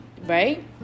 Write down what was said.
right